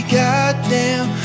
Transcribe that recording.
goddamn